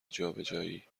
جابجایی